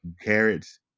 carrots